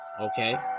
okay